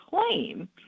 claim